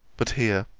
but here,